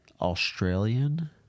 Australian